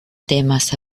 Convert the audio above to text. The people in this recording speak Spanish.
temas